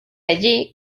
allí